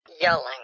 Yelling